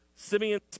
Simeon